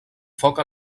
foc